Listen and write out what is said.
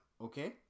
Okay